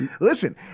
Listen